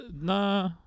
no